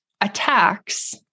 attacks